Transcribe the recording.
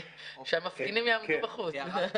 שהמפגינים יעמדו בחוץ.